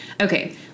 Okay